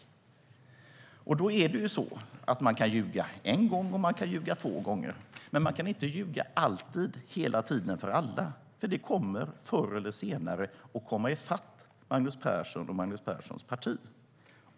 Man kan ljuga en gång, och man kan ljuga två gånger. Men man kan inte ljuga alltid, hela tiden och för alla. Det kommer förr eller senare att komma ifatt Magnus Persson och hans parti.